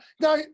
Now